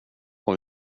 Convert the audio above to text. och